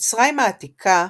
במצרים העתיקה,